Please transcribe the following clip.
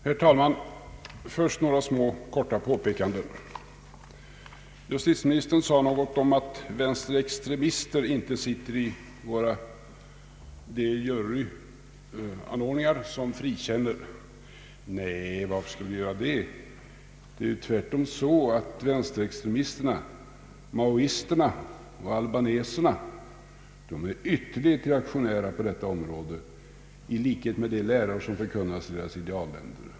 Herr talman! Först några korta påpekanden. För det första sade justitieministern något om att vänsterextremister inte sitter med i de jurygrupper som frikänner. Nej, varför skulle de göra det? Det förhåller sig dessutom så att vänsterextremisterna, maoisterna och albaneserna, är ytterligt reaktionära på detta område, i likhet med de läror som förkunnas i deras idealländer.